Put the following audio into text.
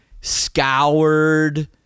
scoured